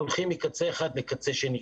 הולכים מקצה אחד לקצה השני.